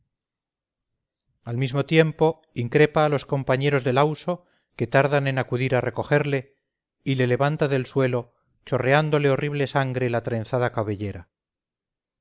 al mismo tiempo increpa a los compañeros de lauso que tardan en acudir a recogerle y le levanta del suelo chorreándole horrible sangre la trenzada cabellera